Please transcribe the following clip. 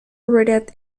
rooted